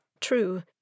True